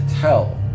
tell